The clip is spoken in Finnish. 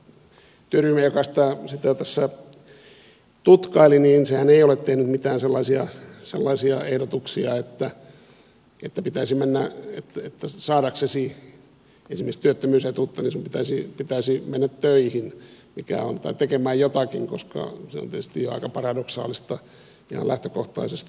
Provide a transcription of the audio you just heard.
työryhmähän joka sitä tässä tutkaili ei ole tehnyt mitään sellaisia ehdotuksia että saadaksesi esimerkiksi työttömyysetuutta sinun pitäisi mennä töihin tai tekemään jotakin koska se on tietysti jo aika paradoksaalista ihan lähtökohtaisestikin